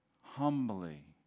humbly